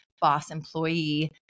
boss-employee